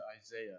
Isaiah